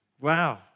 Wow